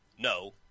no